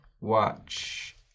watch